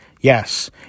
Yes